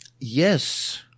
Yes